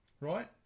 Right